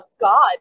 God